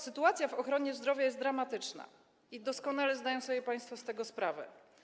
Sytuacja w ochronie zdrowia jest dramatyczna i doskonale zdają sobie państwo z tego sprawę.